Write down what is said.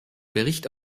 bericht